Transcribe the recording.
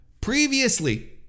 previously